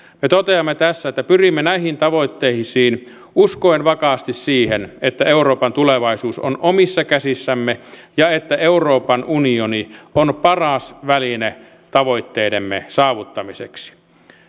me toteamme tässä että pyrimme näihin tavoitteisiin uskoen vakaasti siihen että euroopan tulevaisuus on omissa käsissämme ja että euroopan unioni on paras väline tavoitteidemme saavuttamiseksi